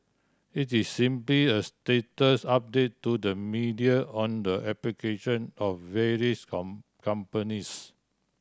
it's is simply a status update to the media on the application of various companies